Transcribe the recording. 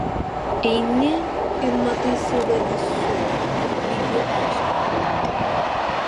eini ir matai save visur lyg į ežerą brendi